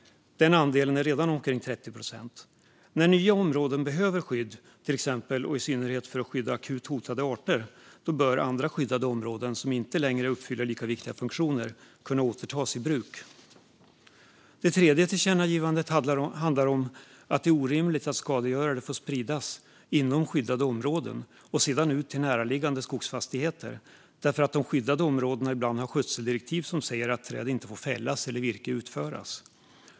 Andelen är redan omkring 30 procent. När nya områden behöver skydd, till exempel och i synnerhet för att skydda akut hotade arter, bör andra skyddade områden som inte längre uppfyller lika viktiga funktioner kunna återtas i bruk. Det tredje föreslagna tillkännagivandet handlar om att det är orimligt att skadegörare får spridas inom skyddade områden och sedan ut till närliggande skogsfastigheter därför att de skyddade områdena ibland har skötseldirektiv som säger att träd inte får fällas eller virke utföras.